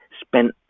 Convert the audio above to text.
spent